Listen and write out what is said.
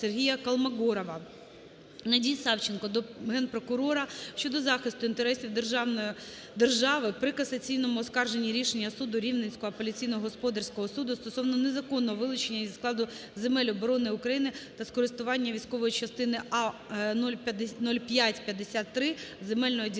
Сергія Колмогорова. Надії Савченко до Генпрокурора щодо захисту інтересів держави при касаційному оскарженні рішення суду Рівненського апеляційного господарського суду стосовно незаконного вилучення зі складу земель оборони України та з користування військової частини А0553 земельної ділянки